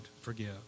forgive